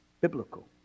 biblical